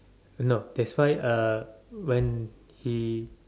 no that's why uh when he